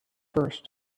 first